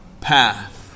path